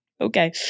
Okay